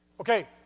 Okay